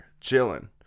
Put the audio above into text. Chilling